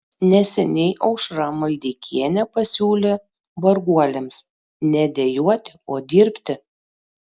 neseniai aušra maldeikienė pasiūlė varguoliams ne dejuoti o dirbti